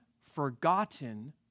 forgotten